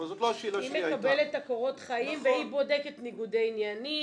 היא מקבלת את קורות החיים והיא בודקת ניגודי עניינים,